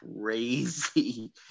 Crazy